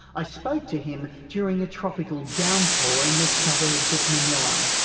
i spoke to him during a tropical downpour in the suburbs of manila.